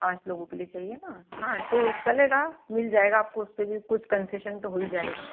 पाँच लोगों के लिए चाहिए ना हाँ तो चलेगा मिल जाएगा आपको उस पर भी कुछ कंसेशन तो हो ही जाएगा